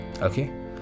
okay